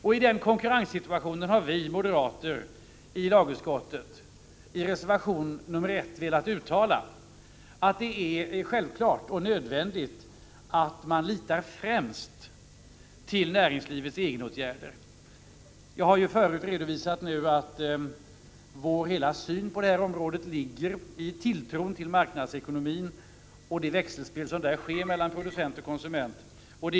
I den konkurrenssituationen har vi moderater i reservation 1 till lagutskottets betänkande velat uttala att det är självklart och nödvändigt att man litar främst till näringslivets egenåtgärder. Jag har förut redovisat att vår syn på detta område bygger på vår tilltro till marknadsekonomin och det växelspel som där sker mellan konsument och producent.